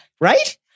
right